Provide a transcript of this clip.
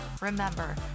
Remember